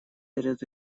перед